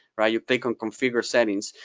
you take and configure settings.